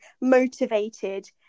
motivated